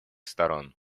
сторон